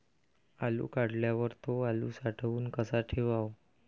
आलू काढल्यावर थो आलू साठवून कसा ठेवाव?